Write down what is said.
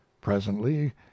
presently